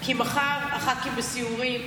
כי מחר הח"כים בסיורים,